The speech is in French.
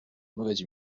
mauvaise